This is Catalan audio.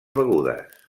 begudes